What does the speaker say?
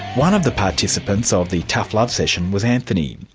one of the participants of the tough love session was anthony.